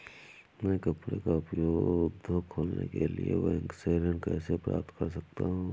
मैं कपड़े का उद्योग खोलने के लिए बैंक से ऋण कैसे प्राप्त कर सकता हूँ?